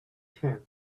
tent